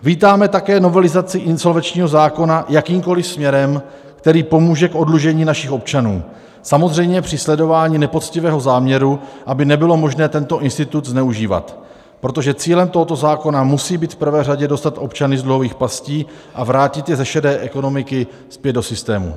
Vítáme také novelizaci insolvenčního zákona jakýmkoliv směrem, který pomůže k oddlužení našich občanů, samozřejmě při sledování nepoctivého záměru, aby nebylo možno tento institut zneužívat, protože cílem tohoto zákona musí být v prvé řadě dostat občany z dluhových pastí a vrátit je ze šedé ekonomiky zpět do systému.